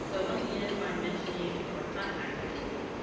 so i want to end by mentioning our contact tracing.